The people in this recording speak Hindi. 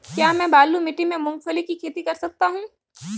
क्या मैं बालू मिट्टी में मूंगफली की खेती कर सकता हूँ?